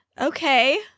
okay